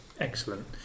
Excellent